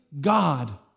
God